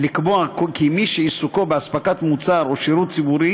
ולקבוע כי מי שעיסוקו באספקת מוצר או שירות ציבורי